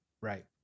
Right